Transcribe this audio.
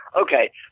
Okay